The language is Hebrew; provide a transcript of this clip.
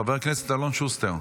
חבר הכנסת אלון שוסטר.